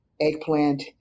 eggplant